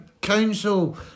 council